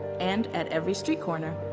and at every street corner.